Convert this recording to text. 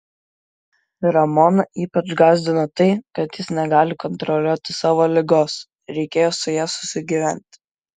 ramoną ypač gąsdino tai kad jis negali kontroliuoti savo ligos reikėjo su ja susigyventi